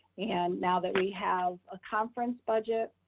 and now that we have a conference budget,